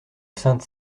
sainte